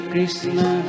Krishna